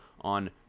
on